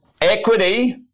Equity